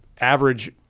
average